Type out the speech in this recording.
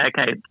okay